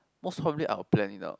most probably I will plan it out